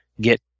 get